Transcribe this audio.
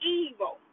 evil